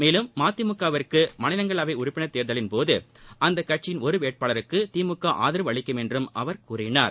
மேலும் மதிமுக விற்கு மாநிலங்களவை உறுப்பினர் தேர்தலின்போது அக்கட்சியின் ஒரு வேட்பாளருக்கு திமுக ஆதரவு அளிக்கும் என்றும் அவர் கூறினார்